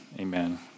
amen